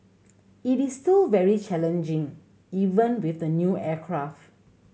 it is still very challenging even with the new aircraft